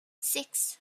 six